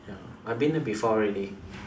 ya I've been there before already